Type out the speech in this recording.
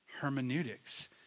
Hermeneutics